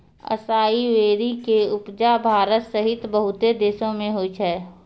असाई वेरी के उपजा भारत सहित बहुते देशो मे होय छै